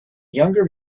younger